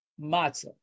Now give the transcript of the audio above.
matzah